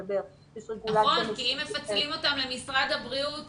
כי אם מפצלים אותם למשרד הבריאות